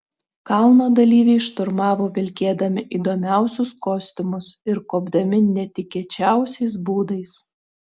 kalną dalyviai šturmavo vilkėdami įdomiausius kostiumus ir kopdami netikėčiausiais būdais